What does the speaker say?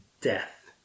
death